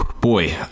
boy